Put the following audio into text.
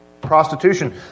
prostitution